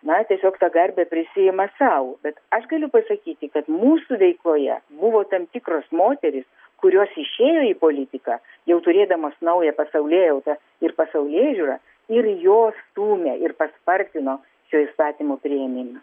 na tiesiog tą garbę prisiima sau bet aš galiu pasakyti kad mūsų veikloje buvo tam tikros moterys kurios išėjo į politiką jau turėdamos naują pasaulėjautą ir pasaulėžiūrą ir jos stūmė ir paspartino ši įstatymo priėmimą